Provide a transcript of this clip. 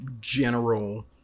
general